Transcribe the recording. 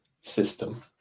system